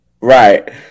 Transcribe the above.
Right